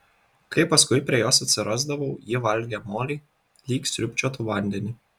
kai paskui prie jos atsirasdavau ji valgė molį lyg sriūbčiotų vandenį